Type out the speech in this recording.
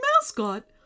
mascot